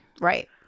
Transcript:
Right